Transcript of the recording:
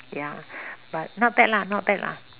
ya but not bad lah not bad lah